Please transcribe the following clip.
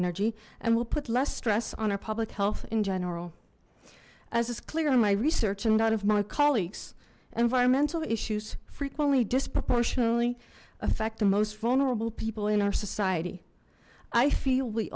energy and will put less stress on our public health in general as is clear in my research and out of my colleagues environmental issues frequently disproportionately affect the most vulnerable people in our society i feel we